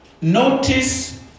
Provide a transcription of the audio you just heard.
Notice